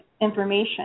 information